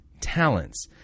talents